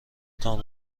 تان